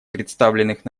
представленных